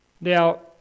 Now